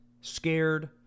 scared